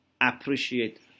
appreciate